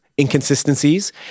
inconsistencies